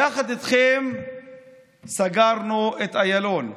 יחד איתכם סגרנו את איילון,